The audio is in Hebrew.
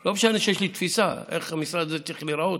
לא משנה שיש לי תפיסה איך המשרד הזה צריך להיראות.